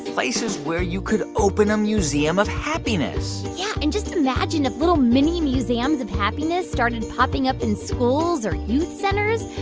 places where you could open a museum of happiness yeah, and just imagine if little mini museums of happiness started popping up in schools or youth centers.